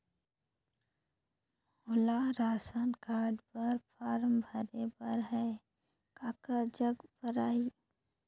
मोला ration card बर form भरे बर हे काकर जग भराही?